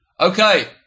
Okay